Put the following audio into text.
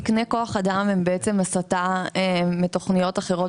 תקני כוח האדם הם הסטה מתוכניות אחרות